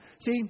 See